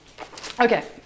okay